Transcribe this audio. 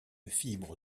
fibre